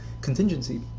contingency